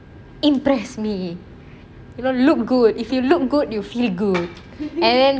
impress me it'll look good if you look good you feel good and